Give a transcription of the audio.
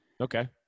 Okay